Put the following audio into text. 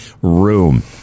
room